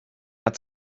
hat